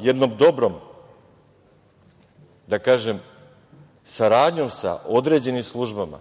jednom dobrom, da kažem, saradnjom sa određenim službama